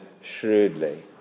shrewdly